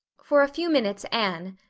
for a few minutes anne,